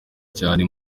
cyane